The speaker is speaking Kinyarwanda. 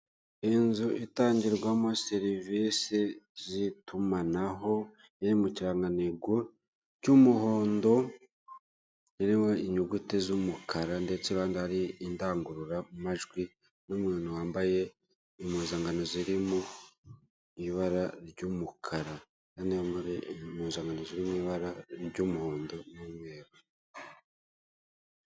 Iyi nzu itangirwamo serivise z'itumanaho iri mu kiranganytego cy'umuhondo irimo inyuguti z'umukara ndetse iruhande hari indangururamajwi n'umuntu wambaye impuzankano zirimo ibara ry'umukara hari n'undi wambaye impuzankano ziri mu ibara ry'umuhondo n'umweru